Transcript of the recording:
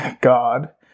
God